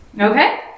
Okay